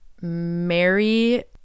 Mary